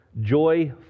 joy